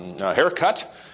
haircut